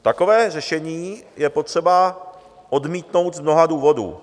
Takové řešení je potřeba odmítnout z mnoha důvodů.